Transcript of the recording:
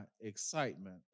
excitement